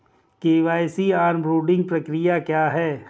KYC onboarding प्रक्रिया क्या है?